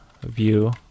view